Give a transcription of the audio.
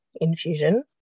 infusion